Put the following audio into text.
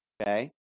Okay